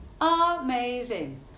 Amazing